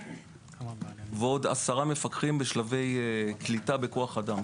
ועוד 10 מפקחים בשלבי קליטה בכוח אדם,